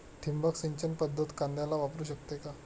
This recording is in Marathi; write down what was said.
ठिबक सिंचन पद्धत कांद्याला वापरू शकते का?